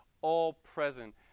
all-present